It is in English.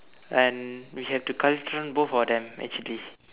and we have to கழட்டிவிடு:kazhatdividu both of them actually